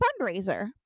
fundraiser